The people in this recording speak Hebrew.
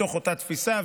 מתוך אותה תפיסה.